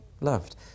loved